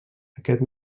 aquest